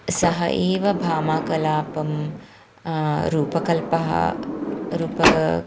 सः एव भामाकलापं रूपकल्पः रूपं